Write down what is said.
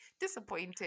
disappointed